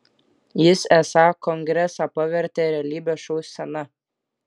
jis esą kongresą pavertė realybės šou scena